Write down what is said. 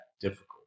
difficult